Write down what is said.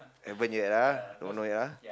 haven't yet lah don't know yet